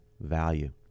value